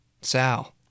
Sal